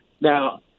now